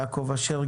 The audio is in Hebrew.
יעקב אשר,